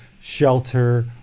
shelter